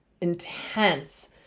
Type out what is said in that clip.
intense